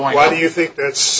why do you think that's